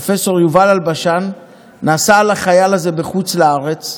פרופ' יובל אלבשן נסע לחייל הזה לחוץ לארץ,